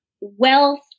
wealth